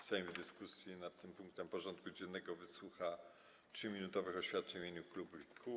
Sejm w dyskusji nad tym punktem porządku dziennego wysłucha 3-minutowych oświadczeń w imieniu klubów i kół.